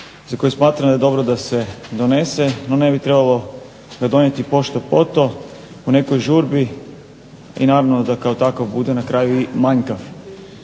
za koji smatram da je dobro da se donese, no ne bi trebalo ga donijeti pošto-poto, u nekoj žurbi i naravno da kao takav bude na kraju i manjkav.